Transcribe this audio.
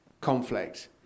conflict